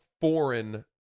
foreign